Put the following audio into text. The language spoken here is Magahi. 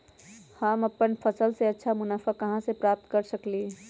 हम अपन फसल से अच्छा मुनाफा कहाँ से प्राप्त कर सकलियै ह?